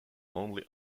only